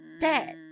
Dad